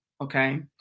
okay